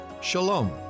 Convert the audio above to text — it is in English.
shalom